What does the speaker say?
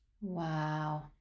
Wow